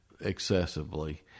excessively